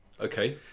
okay